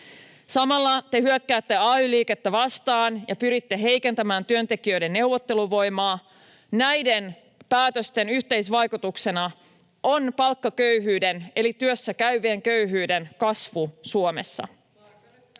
Samalla te hyökkäätte ay-liikettä vastaan ja pyritte heikentämään työntekijöiden neuvotteluvoimaa. Näiden päätösten yhteisvaikutuksena on palkkaköyhyyden eli työssäkäyvien köyhyyden kasvu Suomessa.